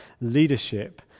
leadership